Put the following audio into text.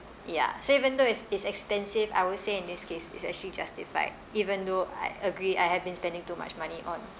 ya so even though it's it's expensive I would say in this case it's actually justified even though I agree I have been spending too much money on